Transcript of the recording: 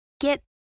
get